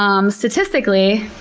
um statistically,